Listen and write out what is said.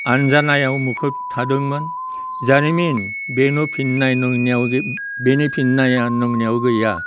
आनजानायाव मुखुब थादोंमोन जारिमिन बेनो फिननाय नोंनियाव बेनि फिननाया नोंनियाव गैया